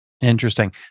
Interesting